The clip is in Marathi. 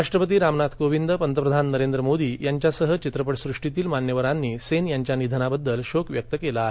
राष्ट्रपती रामनाथ कोविंद पंतप्रधान नरेंद्र मोदी यांच्यासह चित्रपट सृष्टीतील मान्यवरांनी सेन यांच्या निधनाबद्दल शोक व्यक्त केला आहे